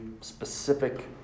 specific